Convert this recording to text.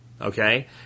okay